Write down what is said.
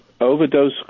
overdose